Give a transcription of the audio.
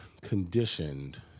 conditioned